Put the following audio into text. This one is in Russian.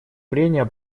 прения